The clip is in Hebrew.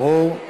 ברור.